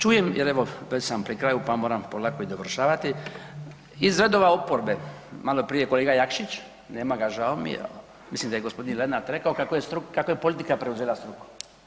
Čujem jer evo već sam pri kraju, pa moram polako i dovršavati, iz redova oporbe, maloprije kolega Jakšić, nema ga žao mi je, mislim da je g. Lenart rekao kako je politika preuzela struku.